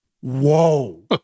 Whoa